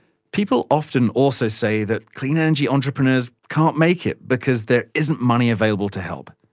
people often also say that clean energy entrepreneurs can't make it because there isn't money available to help.